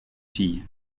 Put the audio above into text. filles